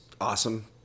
awesome